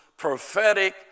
prophetic